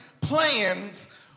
plans